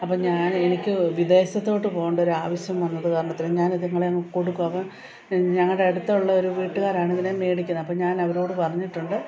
അപ്പം ഞാൻ എനിക്ക് വിദേശത്തോട്ട് പോവേണ്ട ഒരു ആവശ്യം വന്നത് കാരണത്തിന് ഞാൻ ഇതുങ്ങളെ അങ്ങ് കൊടുക്കുവാണ് അപ്പം ഞങ്ങളുടെ അടുത്തുള്ള ഒരു വീട്ടുകാരാണ് ഇതിനെ മേടിക്കുന്നത് അപ്പോൾ ഞാൻ അവരോട് പറഞ്ഞിട്ടുണ്ട്